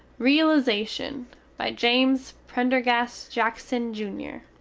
realization by james prendergast jackson, jr.